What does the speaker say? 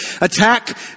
attack